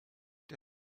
der